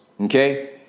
okay